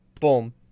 Boom